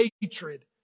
hatred